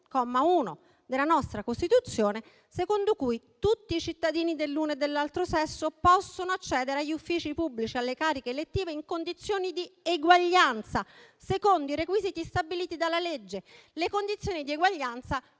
comma 1, della nostra Costituzione, secondo cui tutti i cittadini dell'uno e dell'altro sesso possono accedere agli uffici pubblici e alle cariche elettive in condizioni di eguaglianza, secondo i requisiti stabiliti dalla legge. Le condizioni di eguaglianza